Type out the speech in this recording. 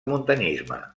muntanyisme